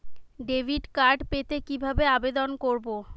Debit card পেতে কিভাবে আবেদন করব?